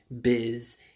biz